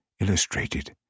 illustrated